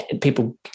people